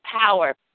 power